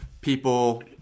people